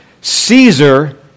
Caesar